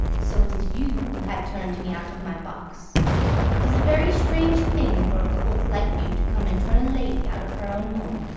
so it is you who have turned me out of my box it is a very strange thing for a colt like you to come and turn a lady out of her own home.